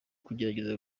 kugerageza